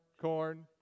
corn